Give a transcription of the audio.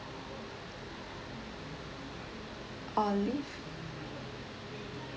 olive